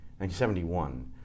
1971